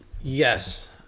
Yes